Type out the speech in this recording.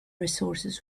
resources